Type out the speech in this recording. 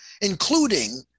including